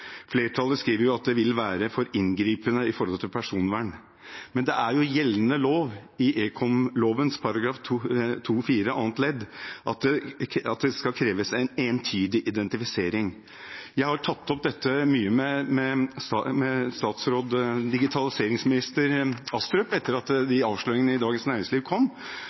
Flertallet skriver at det vil være for inngripende med tanke på personvernet. Men det er jo gjeldende lov – i ekomloven § 2-4 annet ledd står det at det skal kreves entydig identifisering. Jeg har tatt dette opp med digitaliseringsminister Astrup etter at avsløringene i Dagens Næringsliv kom.